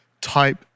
type